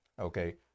okay